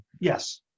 yes